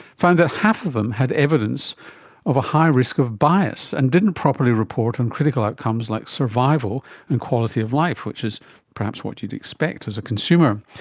found that half of them had evidence of a high risk of bias and didn't properly report on critical outcomes like survival and quality of life, which is perhaps what you'd expect as a consumer.